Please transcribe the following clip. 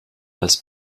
als